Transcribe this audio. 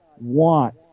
want